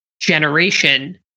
generation